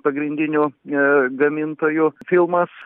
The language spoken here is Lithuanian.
pagrindinių gamintojų filmas